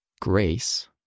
grace